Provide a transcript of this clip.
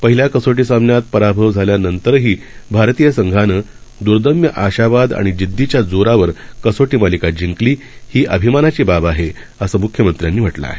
पहिल्या कसोटी सामन्यात पराभव झाल्यानंतरही भारतीय संघानं दर्दम्य आशावाद आणि जिद्दीच्या जोरावर कसोटी मालिका जिंकली ही अभिमानाची बाब आहे असं म्ख्यमंत्र्यांनी म्हटलं आहे